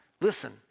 Listen